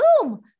boom